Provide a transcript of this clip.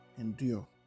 endure